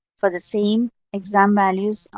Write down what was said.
for the same exam values,